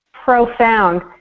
profound